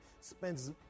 spends